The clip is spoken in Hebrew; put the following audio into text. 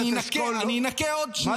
אני אנכה עוד שנייה.